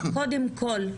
קודם כל,